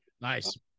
nice